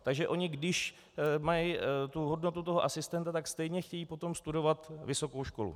Takže oni, když mají hodnotu toho asistenta, stejně chtějí potom studovat vysokou školu.